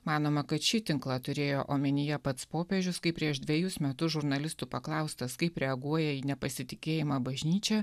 manoma kad šį tinklą turėjo omenyje pats popiežius kaip prieš dvejus metus žurnalistų paklaustas kaip reaguoja į nepasitikėjimą bažnyčia